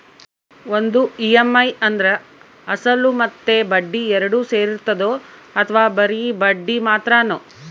ಒಂದು ಇ.ಎಮ್.ಐ ಅಂದ್ರೆ ಅಸಲು ಮತ್ತೆ ಬಡ್ಡಿ ಎರಡು ಸೇರಿರ್ತದೋ ಅಥವಾ ಬರಿ ಬಡ್ಡಿ ಮಾತ್ರನೋ?